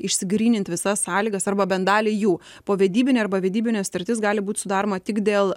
išsigrynint visas sąlygas arba bent dalį jų povedybinė arba vedybinė sutartis gali būt sudaroma tik dėl